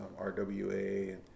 RWA